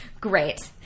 Great